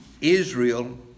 Israel